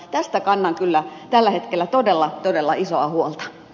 tästä kannan kyllä tällä hetkellä todella todella isoa huolta